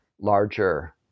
larger